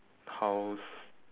house